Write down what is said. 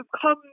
come